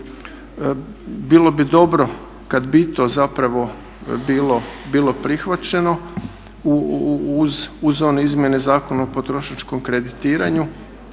Bilo bi dobro kad bi i to zapravo bilo prihvaćeno uz one izmjene Zakona o potrošačkom kreditiranju